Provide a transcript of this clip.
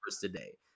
today